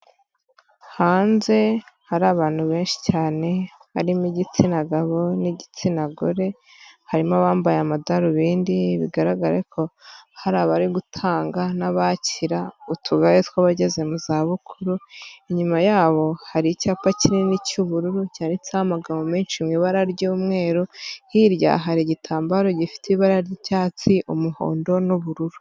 Hanze hari abantu benshi cyane harimo igitsina gabo n'igitsina gore, harimo abambaye amadarubindi bigaragare ko hari abari gutanga n'abakira utugare tw'abageze mu za bukuru, inyuma yabo hari icyapa kinini cy'ubururu cyatseho amagambo menshi mu ibara ry'umweru, hirya hari igitambaro gifite ibara ry'icyatsi umuhondo n'ubururu.